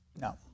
no